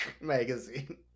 magazine